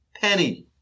penny